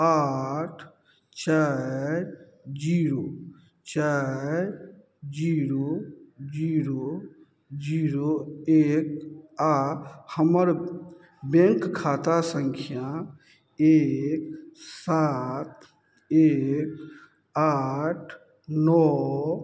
आठ चारि जीरो चारि जीरो जीरो जीरो एक आओर हमर बैँक खाता सँख्या एक सात एक आठ नओ